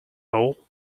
all